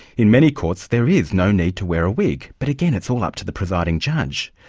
in many courts there is no need to wear a wig, but again, it's all up to the presiding judge.